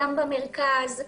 גם במרכז.